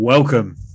Welcome